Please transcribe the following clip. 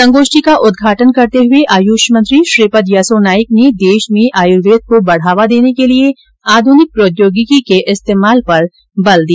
संगोष्ठी का उदघाटन करते हुए आयुष मंत्री श्रीपद यसो नाइक ने देश में आयुर्वेद को बढ़ावा देने के लिए आधुनिक प्रौद्योगिकी के इस्तेमाल पर बल दिया